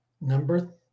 number